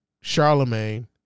Charlemagne